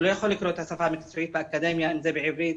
הוא לא יכול לקרוא את השפה המקצועית באקדמיה אם זה מאמרים בעברית,